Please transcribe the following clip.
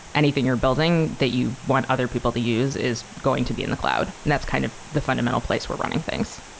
anything you're building that you want other people to use is going to be in the cloud. that's kind of the fundamental place we're running things.